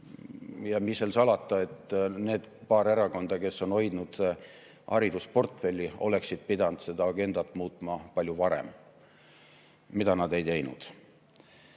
Ja mis seal salata, need paar erakonda, kes on hoidnud haridusportfelli, oleksid pidanud seda agendat muutma palju varem. Aga seda nad ei teinud.